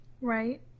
right